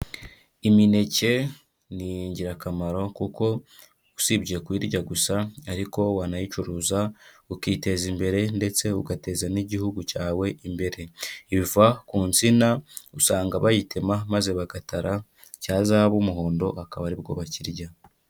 Imineke ni ingirakamaro, kuko usibye kuyirya gusa, ariko wanayicuruza ukiteza imbere ndetse ugateza n'igihugu cyawe imbere, iva ku nsina, usanga bayitema maze bagatara cya zaba umuhondo akaba aribwo bakirya.